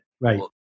Right